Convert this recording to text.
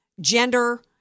gender